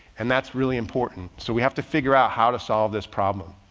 and that's really important. so we have to figure out how to solve this problem.